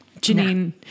Janine